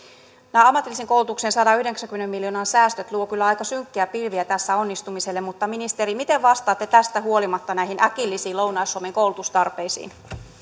nämä ammatillisen koulutuksen sadanyhdeksänkymmenen miljoonan säästöt luovat kyllä aika synkkiä pilviä tässä onnistumiselle mutta ministeri miten vastaatte tästä huolimatta näihin äkillisiin lounais suomen koulutustarpeisiin arvoisa puhemies